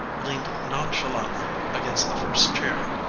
leaned nonchalantly against the first chair.